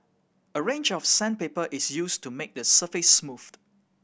a range of sandpaper is used to make the surface smooth